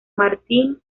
martín